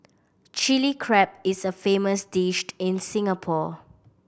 Chilli Crab is a famous dished in Singapore